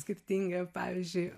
skirtingi pavyzdžiui